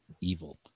evil